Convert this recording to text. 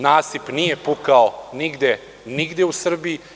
Nasip nije pukao nigde u Srbiji.